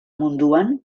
munduan